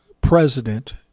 president